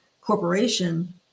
corporation